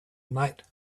night